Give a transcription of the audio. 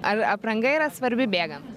ar apranga yra svarbi bėgant